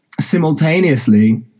simultaneously